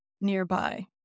nearby